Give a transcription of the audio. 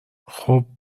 خوب